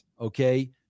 okay